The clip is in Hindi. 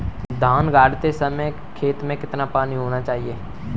धान गाड़ते समय खेत में कितना पानी होना चाहिए?